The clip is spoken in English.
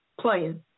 playing